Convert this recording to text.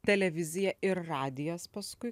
televizija ir radijas paskui